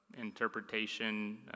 interpretation